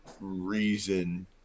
reason